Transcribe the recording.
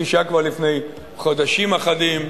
כפי שהיה כבר לפני חודשים אחדים,